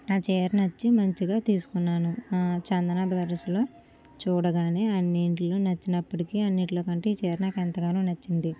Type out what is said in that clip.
ఆ చీర నచ్చి మంచిగా తీసుకున్నాను ఆ చందాన బ్రదర్స్లో చూడగానే అన్నింటిలో నచ్చినప్పటకి అన్నింటిలో కంటే ఈ చీర నాకు ఎంతగానో నచ్చింది